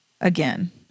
again